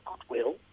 goodwill